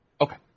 Okay